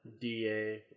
DA